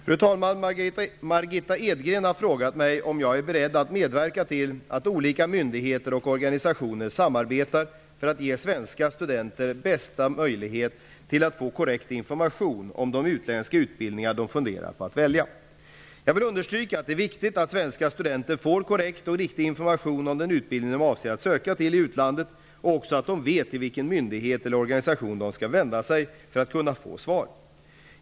Fru talman! Margitta Edgren har frågat mig om jag är beredd att medverka till att olika myndigheter och organisationer samarbetar för att ge svenska studenter bästa möjlighet till att få korrekt information om de utländska utbildningar de funderar på att välja. Jag vill understryka att det är viktigt att svenska studenter får korrekt och riktig information om den utbildning de avser att söka till i utlandet, och också att de vet till vilken myndighet eller organisation de skall vända sig för att kunna få svar.